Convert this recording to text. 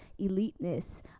eliteness